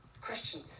Christian